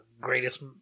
greatest